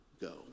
go